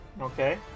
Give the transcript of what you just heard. Okay